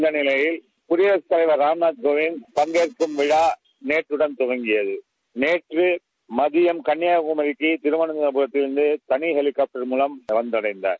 இந்த நிலையில் குடியாகக் தலைவர் ராம்நாத் கோவிந்த் பங்கேற்கும் விழா நேற்று கொடங்கியது நேற்று மதியம் கன்னியாகுமரிக்கு திருவனந்த ரத்திலிருந்து வெறலிகாப்டர் மூவம் வந்தளடந்தளர்